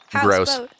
gross